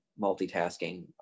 multitasking